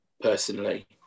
personally